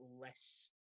less